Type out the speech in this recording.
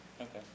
Okay